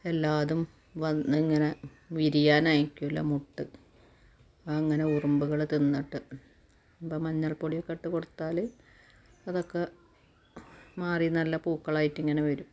എല്ലായിതും വന്ന് ഇങ്ങനെ വിരിയാനായിട്ടുള്ള മൊട്ട് അങ്ങനെ ഉറുമ്പുകൾ തിന്നിട്ട് അപ്പം മഞ്ഞൾപ്പൊടിയൊക്കെ ഇട്ട് കൊടുത്താൽ അതൊക്ക മാറി നല്ല പൂക്കളായിട്ടിങ്ങനെ വരും